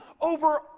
over